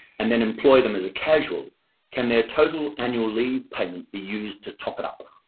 and then employ them as a casual can their total annual leave payment be used to top it up? ah